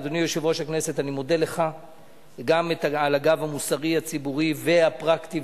להלן אסקור את מנגנוני הפיצוי החדשים: 1. לגבי עסק שהעתיק את פעילותו ולגבי עסק חלופי,